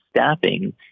staffing